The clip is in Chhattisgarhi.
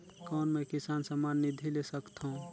कौन मै किसान सम्मान निधि ले सकथौं?